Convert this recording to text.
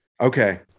Okay